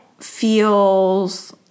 feels